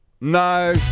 No